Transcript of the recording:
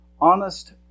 Honest